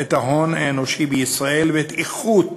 את ההון האנושי בישראל ואת האיכות